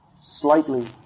slightly